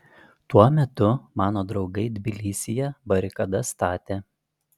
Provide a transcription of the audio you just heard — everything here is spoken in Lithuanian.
tuo metu mano draugai tbilisyje barikadas statė